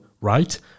right